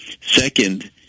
Second